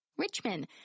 Richmond